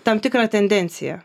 tam tikrą tendenciją